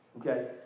Okay